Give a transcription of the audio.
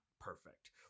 perfect